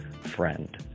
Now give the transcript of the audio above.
friend